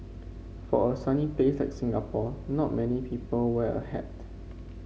for a sunny place like Singapore not many people wear a hat